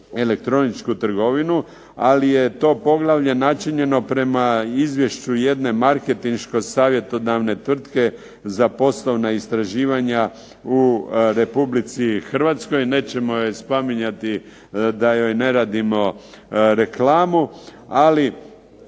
elektroničku trgovinu, ali je to poglavlje načinjeno prema izvješću jedne marketinško-savjetodavne tvrtke za poslovna istraživanja u Republici Hrvatskoj. Nećemo je spominjati da joj ne radimo reklamu. Ali